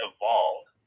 evolved